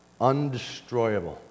Undestroyable